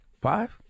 Five